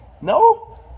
No